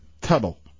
Tuttle